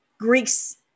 Greeks